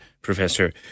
Professor